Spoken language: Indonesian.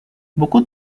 buku